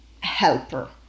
helper